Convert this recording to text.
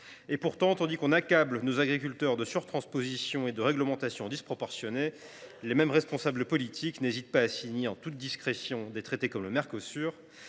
? Pourtant, tandis que l’on accable nos agriculteurs de surtranspositions et de réglementations disproportionnées, les responsables politiques n’hésitent pas à signer en toute discrétion des traités comme l’accord